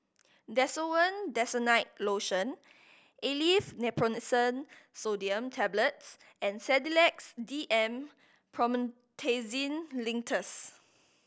Desowen Desonide Lotion Aleve Naproxen Sodium Tablets and Sedilix D M Promethazine Linctus